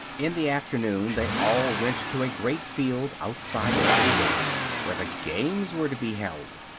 in the afternoon they all went to a great field outside the city gates where the games were to be held.